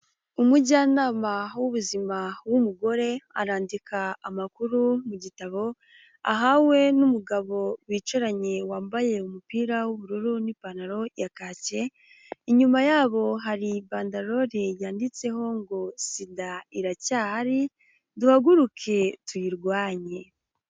Umujyanama w'ubuzima w'umugore, arandika amakuru mu gitabo ahawe n'umugabo bicaranye wambaye umupira w'ubururu n'ipantaro ya kaki, inyuma yabo hari bandarorI yanditseho ngo "SIDA iracyahari, duhaguruke tuyirwanye."